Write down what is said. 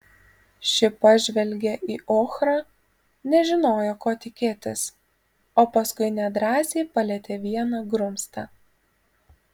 ši pažvelgė į ochrą nežinojo ko tikėtis o paskui nedrąsiai palietė vieną grumstą